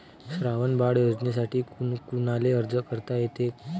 श्रावण बाळ योजनेसाठी कुनाले अर्ज करता येते?